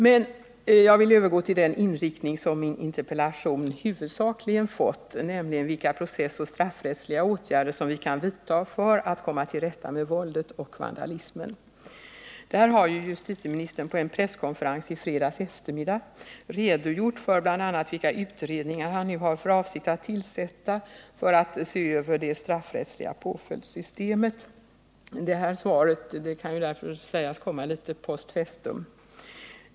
Men jag vill övergå till den inriktning som min interpellation huvudsakligen fått, nämligen vilka processoch straffrättsliga åtgärder vi kan vidta för att komma till rätta med våldet och vandalismen. Där har ju justitieministern på en presskonferens i fredags eftermiddag redogjort för bl.a. vilka utredningar han nu har för avsikt att tillsätta för att se över det straffrättsliga påföljdsystemet. Det här svaret kan ju därför sägas komma litet post festum.